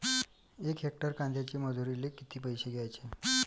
यक हेक्टर कांद्यासाठी मजूराले किती पैसे द्याचे?